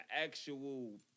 actual